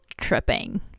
tripping